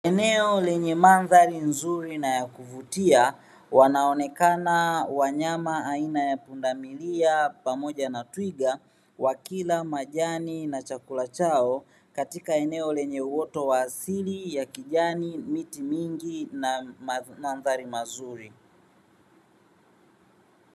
Eneo lenye mandhari nzuri na ya kuvutia wanaonekana wanyama aina ya pundamilia pamoja na twiga wakila majani na chakula chao katika eneo lenye uoto wa asili ya kijani miti mingi na mandhari mazuri.